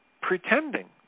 pretending